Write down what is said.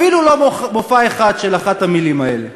אפילו לא מופע אחד של אחת המילים האלה.